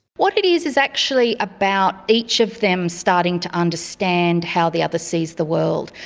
what it is is actually about each of them starting to understand how the other sees the world.